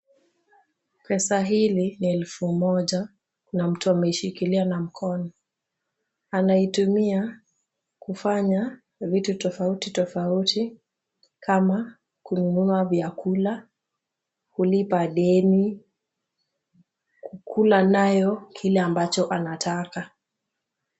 Pesa hili ni elfu moja na mtu ameishikilia na mkono. Anaitumia kufanya vitu tofauti tofauti kama kununua vyakula, kulipa deni, kukula nayo kile ambacho anataka.